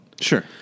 Sure